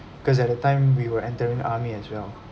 because at that time we were entering the army as well